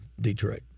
Detroit